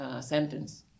sentence